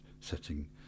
setting